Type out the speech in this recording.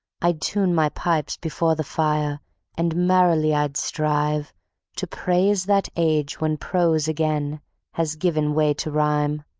i'd tune my pipes before the fire and merrily i'd strive to praise that age when prose again has given way to rhyme,